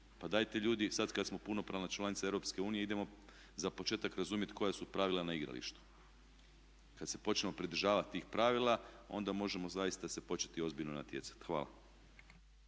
Pa dajte ljudi sad kad smo punopravna članica EU idemo za početak razumjeti koja su pravila na igralištu. I kad se počnemo pridržavati tih pravila onda možemo zaista se početi ozbiljno natjecati. Hvala.